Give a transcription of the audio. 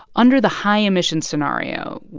under the high-emissions scenario,